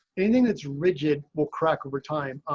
anything that's rigid will crack over time.